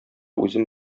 үзем